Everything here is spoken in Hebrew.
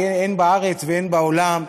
הן בארץ והן בעולם,